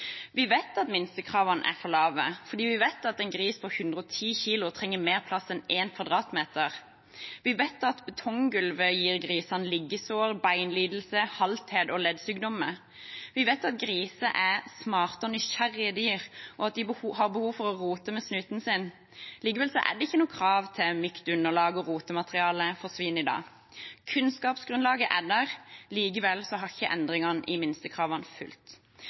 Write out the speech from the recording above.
Vi vet at minstekravene er for lave, for vi vet at en gris på 110 kg trenger mer plass enn 1 m 2 . Vi vet at betonggulvet gir grisene liggesår, beinlidelser, halthet og leddsykdommer. Vi vet at griser er smarte og nysgjerrige dyr, og at de har behov for å rote med snuten sin. Likevel er det ikke noe krav til mykt underlag og rotemateriale for svin i dag. Kunnskapsgrunnlaget er der, og likevel har ikke endringene i minstekravene fulgt